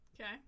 Okay